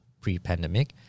pre-pandemic